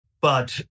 But-